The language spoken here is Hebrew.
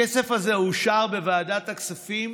הכסף הזה אושר בוועדת הכספים,